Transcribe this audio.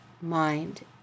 mind